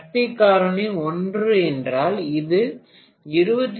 சக்தி காரணி 1 என்றால் இது 2